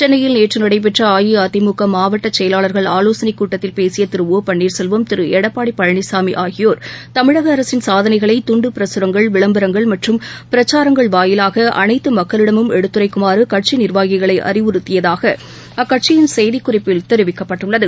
சென்னையில் நேற்று நடைபெற்ற அஇஅதிமுக மாவட்ட செயலாளர்கள் ஆவோசனைக் கூட்டத்தில் பேசிய திரு ஓ பன்னீர்செல்வம் திரு எடப்பாடி பழனிசாமி ஆகியோர் தமிழக அரசின் சாதனைகளை துண்டு பிரசுரங்கள் விளம்பரங்கள் மற்றும் பிரச்சாரங்கள் வாயிலாக அனைத்து மக்களிடமும் எடுத்துரைக்குமாறு கட்சி நிர்வாகிகளை அறுவுறுத்தியதாக அக்கட்சியின் செய்திக்குறிப்பில் தெரிவிக்கப்பட்டுள்ளது